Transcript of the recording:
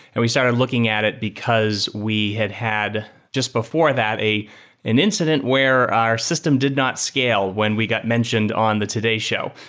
and we started looking at it because we had had just before that an incident where our system did not scale when we got mentioned on the today's show.